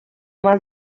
más